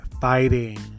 Fighting